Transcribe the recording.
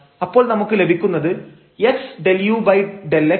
അപ്പോൾ നമുക്ക് ലഭിക്കുന്നത് x∂u∂xy∂u∂y എന്നാണ്